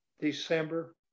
December